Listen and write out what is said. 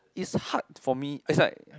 is hard for me is like